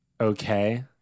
Okay